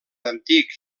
antic